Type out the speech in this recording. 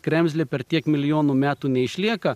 kremzlė per tiek milijonų metų neišlieka